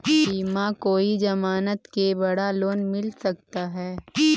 बिना कोई जमानत के बड़ा लोन मिल सकता है?